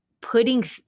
putting